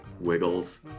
wiggles